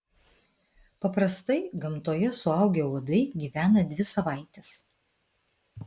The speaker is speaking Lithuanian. paprastai gamtoje suaugę uodai gyvena dvi savaites